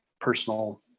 personal